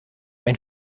ein